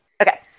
okay